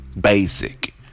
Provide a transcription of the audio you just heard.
Basic